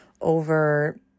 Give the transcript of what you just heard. over